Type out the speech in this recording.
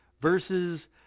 versus